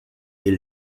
ihr